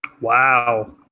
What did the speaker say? Wow